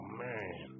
man